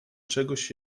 czegoś